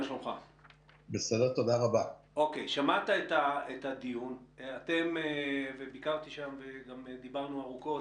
שמעת את הדיון, ביקרתי שם, וגם דיברנו ארוכות,